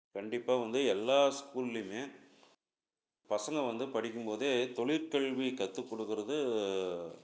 கண்டிப்பாக வந்து எல்லா ஸ்கூல்லேயுமே பசங்க வந்து படிக்கும் போதே தொழிற்கல்வி கத்துக்கொடுக்கறது